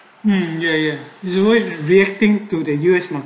mm ya ya is always reacting to the years mah